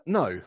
no